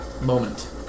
moment